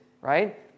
right